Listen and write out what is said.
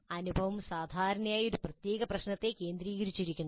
അനുഭവം സാധാരണയായി ഒരു പ്രത്യേക പ്രശ്നത്തെ കേന്ദ്രീകരിച്ചിരിക്കുന്നു